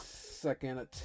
Second